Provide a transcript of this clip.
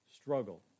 struggle